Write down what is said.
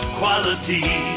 quality